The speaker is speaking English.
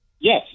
Yes